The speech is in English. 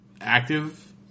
active